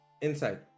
inside